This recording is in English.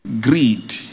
greed